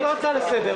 לא הצעה לסדר.